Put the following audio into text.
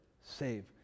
save